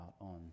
on